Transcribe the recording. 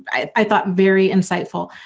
i thought very insightful.